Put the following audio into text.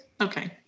Okay